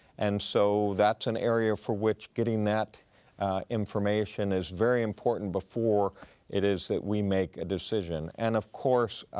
and so that's an area for which getting that information is very important before it is that we make a decision. and of course,